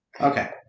Okay